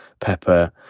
pepper